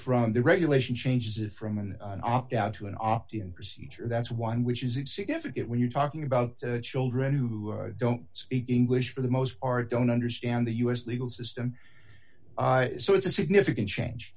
from the regulation changes it from an opt out to an opt in procedure that's one which is it significant when you're talking about children who don't speak english for the most are don't understand the u s legal system so it's a significant change